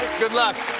good luck.